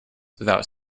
without